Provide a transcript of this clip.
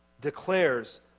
declares